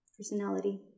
personality